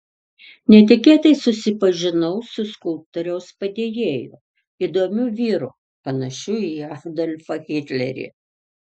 netikėtai susipažinau su skulptoriaus padėjėju įdomiu vyru panašiu į adolfą hitlerį